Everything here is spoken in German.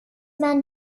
man